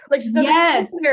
yes